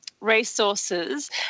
resources